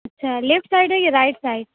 اچھا left side ہے یا رائٹ سائیڈ